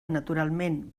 naturalment